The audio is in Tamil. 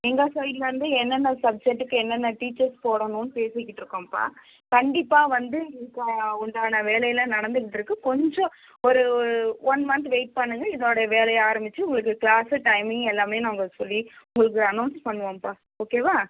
எங்கள் சைட்லருந்து என்னென்ன சப்ஜெக்டுக்கு என்னென்ன டீச்சர்ஸ் போடணுன்னு பேசிக்கிட்ருக்கோம்ப்பா கண்டிப்பாக வந்து இதுக்காக உண்டான வேலை எல்லாம் நடந்துகிட்டுருக்கு கொஞ்சம் ஒரு ஒன் மந்த் வெயிட் பண்ணுங்கள் இதனுடைய வேலையை ஆரம்பிச்சு உங்களுக்கு க்ளாஸ்ஸு டைமிங் எல்லாமே நாங்கள் சொல்லி உங்களுக்கு அநௌன்ஸ் பண்ணுவோம்ப்பா ஓகேவா